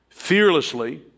fearlessly